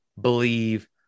believe